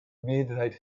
meerderheid